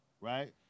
right